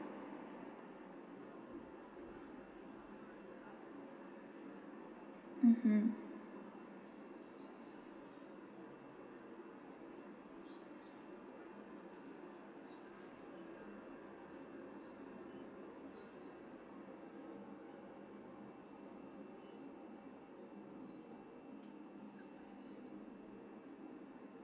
mmhmm